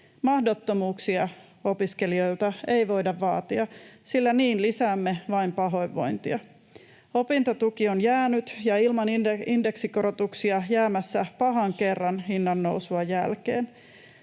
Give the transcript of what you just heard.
Mahdottomuuksia opiskelijoilta ei voida vaatia, sillä niin lisäämme vain pahoinvointia. Opintotuki on jäänyt, ja ilman indeksikorotuksia jäämässä, pahan kerran hinnannoususta jälkeen.